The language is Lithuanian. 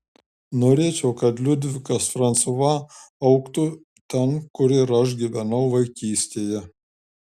norėčiau kad liudvikas fransua augtų ten kur ir aš gyvenau vaikystėje